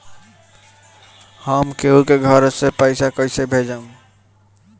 हम केहु के घर से पैसा कैइसे भेजम?